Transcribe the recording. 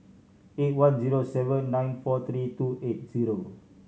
eight one zero seven nine four three two eight zero